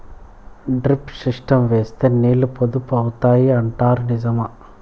Drip system వేస్తే నీళ్లు పొదుపు అవుతాయి అంటారు నిజమా?